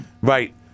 Right